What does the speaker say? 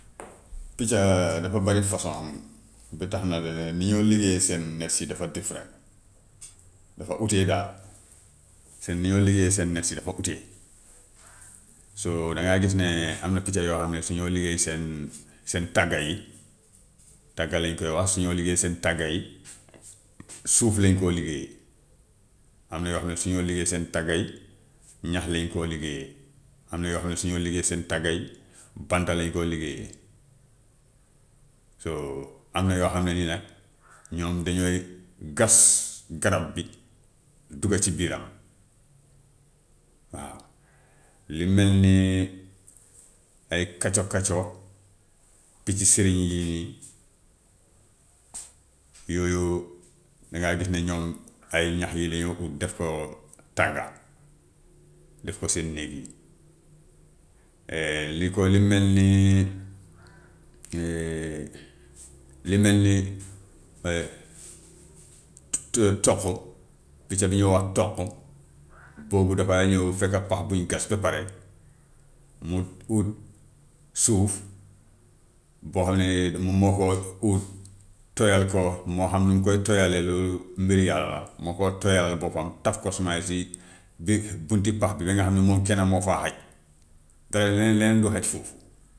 picca dafa bari façon, ba tax na ba ni ñoo liggéeyee seen néeg si dafa different dafa ute daal, seen ni ñoo liggéeyee seen néeg si dafa ute. So dangay gis ne am na picc yoo xam ne suñoo liggéey seen seen tagg yi, tagg lañu koy wax, suñoo liggéey seen tagg yi suuf lañu koo liggéeyee. Am na yoo xam ne su ñoo liggéey seen tagg yi ñax lañu koo liggéeyee. Am na yo xam ne su ñoo liggéey seen tagg yi bant lañu koo liggéeyee. So am na yoo xam ne nii nag ñoom dañuy gas garab bi dugg si biiram. Waaw lu mel ni ay kaco-kaco, picc sëriñ yi yooyu dangay gis ne ñoom ay ñax yii dañoo ut def ko tagga, def ko seen néeg yi. li ko lu mel ni lu mel ni to- toq picc bi ñuy wax toq boobu dafay ñëw fekk pax bu ñu gas ba pare mu ut suuf boo xam ne moo ko ut tooyal ko, moo xam ni mu koy tooyalee loolu mbiru yàlla la moo koy tooyalal boppam taf ko sumay si bi buntu pax bi ba nga xam ne moom kenn moo faa xaj te leneen leneen du xaj foofu.